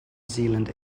zealand